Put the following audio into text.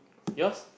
your's